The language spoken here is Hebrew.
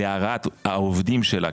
לרעת העובדים שלה,